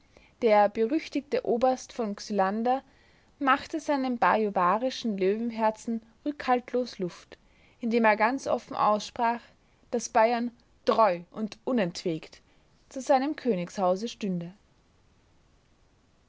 der berüchtigte oberst v xylander machte seinem bajuwarischen löwenherzen rückhaltlos luft indem er ganz offen aussprach daß bayern treu und unentwegt zu seinem königshause stünde